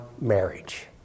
marriage